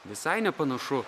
visai nepanašu